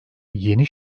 yeni